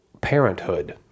Parenthood